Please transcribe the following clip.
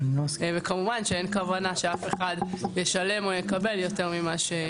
וכמובן שאין כוונה שאף אחד ישלם או יקבל יותר ממה.